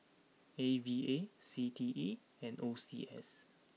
A V A C T E and O C S